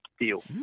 deal